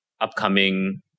upcoming